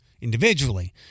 individually